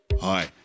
hi